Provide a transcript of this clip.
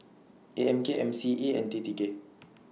A M K M C E and T T K